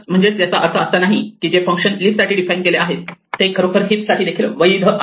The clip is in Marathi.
म्हणजेच याचा अर्थ असा नाही की जे फंक्शन लिस्ट साठी डिफाइन केले आहे ते खरोखर हीप साठी देखील वैध आहेत